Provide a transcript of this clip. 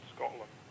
Scotland